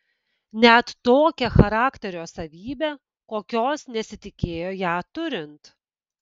net tokią charakterio savybę kokios nesitikėjo ją turint